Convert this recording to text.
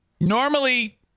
Normally